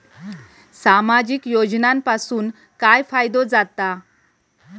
सामाजिक योजनांपासून काय फायदो जाता?